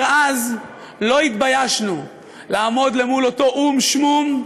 אז לא התביישנו לעמוד למול אותו או"ם-שמום,